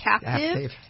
Captive